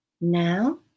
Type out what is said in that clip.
now